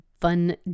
fun